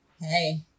Hey